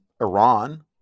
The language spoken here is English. Iran